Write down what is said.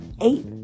eight